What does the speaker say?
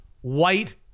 white